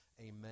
Amen